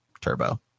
Turbo